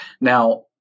Now